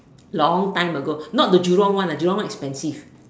long time ago not the Jurong one the Jurong one expensive